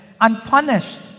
unpunished